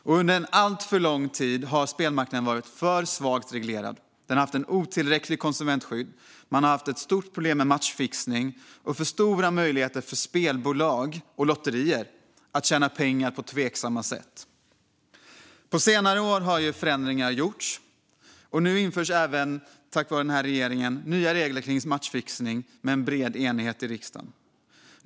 Under för en alltför lång tid har spelmarknaden varit för svagt reglerad. Den har haft ett otillräckligt konsumentskydd. Man har haft ett stort problem med matchfixning och för stora möjligheter för spelbolag och lotterier att tjäna pengar på tveksamma sätt. På senare år har förändringar gjorts, och nu införs även tack vare regeringen nya regler om matchfixning med bred enighet i riksdagen.